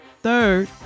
Third